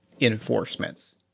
enforcements